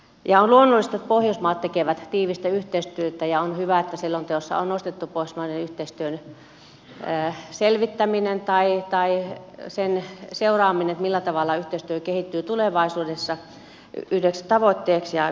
on luonnollista että pohjoismaat tekevät tiivistä yhteistyötä ja on hyvä että selonteossa on nostettu pohjoismaisen yhteistyön selvittäminen sen seuraaminen millä tavalla yhteistyö kehittyy tulevaisuudessa yhdeksi tavoitteeksi ja pidän sitä hyvin tärkeänä